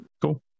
cool